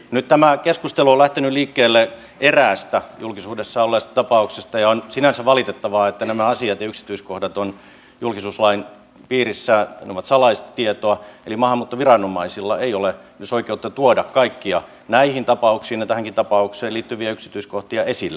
nyt tämä keskustelu on lähtenyt liikkeelle eräästä julkisuudessa olleesta tapauksesta ja on sinänsä valitettavaa että nämä asiat ja yksityiskohdat ovat julkisuuslain piirissä ne ovat salaista tietoa eli maahanmuuttoviranomaisilla ei ole myöskään oikeutta tuoda kaikkia näihin tapauksiin ja tähänkin tapaukseen liittyviä yksityiskohtia esille